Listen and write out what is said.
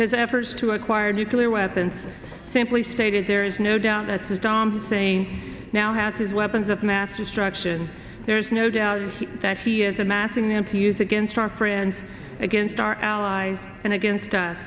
his efforts to acquire nuclear weapons simply stated there is no doubt that saddam hussein now had his weapons of mass destruction there's no doubt that he is amassing them to use against our friends against our allies and against